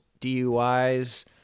DUIs